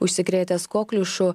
užsikrėtęs kokliušu